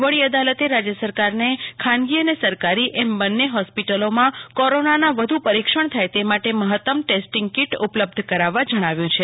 વડી અદાલતે રાજ્ય સરકારને ખાનગી અને સરકારી એમ બંને હોસ્પિટલમાં કોરોનાના વધુ પરીક્ષણ થાય એ માટે મહત્તમ ટેસ્ટિંગ કીટ ઉપલબ્ધ કરાવવા જણાવ્યું છે